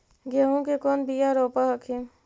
गेहूं के कौन बियाह रोप हखिन?